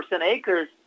acres